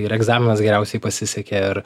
ir egzaminas geriausiai pasisekė ir